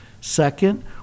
Second